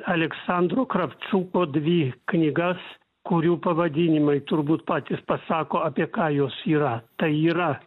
aleksandro kravčiuko dvi knygas kurių pavadinimai turbūt patys pasako apie ką jos yra tai yra